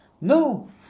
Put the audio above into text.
No